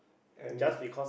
and